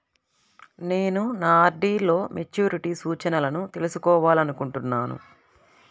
నేను నా ఆర్.డీ లో మెచ్యూరిటీ సూచనలను తెలుసుకోవాలనుకుంటున్నాను